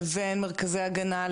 לבין מרכזי ההגנה,